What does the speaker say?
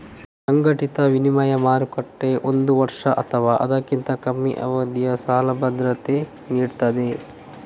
ಸಂಘಟಿತ ವಿನಿಮಯ ಮಾರುಕಟ್ಟೆ ಒಂದು ವರ್ಷ ಅಥವಾ ಅದಕ್ಕಿಂತ ಕಮ್ಮಿ ಅವಧಿಯ ಸಾಲ ಭದ್ರತೆ ನೀಡ್ತದೆ